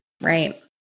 Right